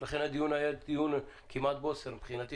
לכן הדיון היה כמעט בוסר מבחינתי,